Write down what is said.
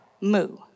moo